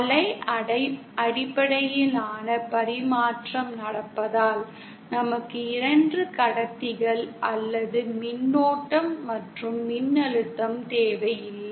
அலை அடிப்படையிலான பரிமாற்றம் நடப்பதால் நமக்கு 2 கடத்திகள் அல்லது மின்னோட்டம் மற்றும் மின்னழுத்தம் தேவையில்லை